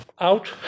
out